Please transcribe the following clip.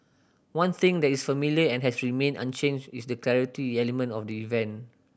one thing that is familiar and has remained unchanged is the charity element of the event